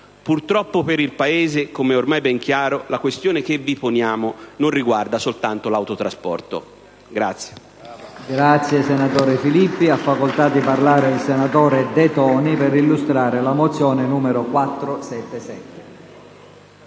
Purtroppo per il Paese, come è ormai ben chiaro, la questione che vi poniamo, non riguarda solo l'autotrasporto.